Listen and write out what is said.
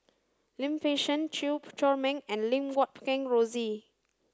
Lim Fei Shen Chew Chor Meng and Lim Guat Kheng Rosie